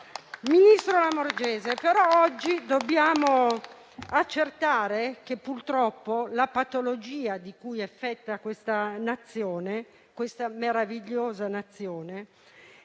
Ministro Lamorgese, oggi dobbiamo accertare che purtroppo la patologia da cui è affetta questa meravigliosa Nazione